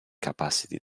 capacity